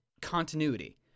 continuity